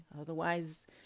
otherwise